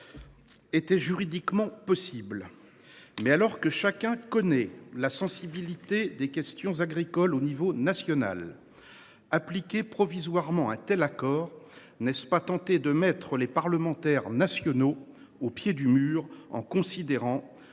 était juridiquement possible. Mais, alors que chacun connaît la sensibilité des questions agricoles à l’échelle nationale, appliquer provisoirement un tel accord ne revient il pas à mettre les parlementaires nationaux au pied du mur, en considérant